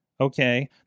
Okay